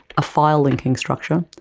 a file linking structure,